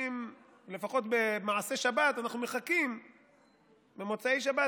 לפחות במעשה שבת אנחנו מחכים למוצאי שבת,